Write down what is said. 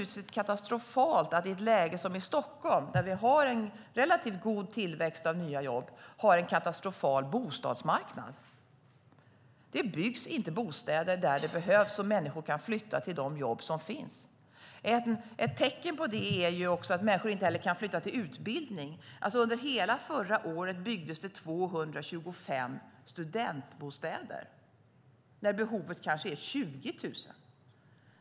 I Stockholm, där vi har en relativt god tillväxt av nya jobb, har vi en katastrofal bostadsmarknad. Det byggs inte bostäder där det behövs så att människor kan flytta till de jobb som finns. Människor kan inte heller flytta till utbildning. Under hela förra året byggdes det 225 studentbostäder; behovet är kanske 20 000.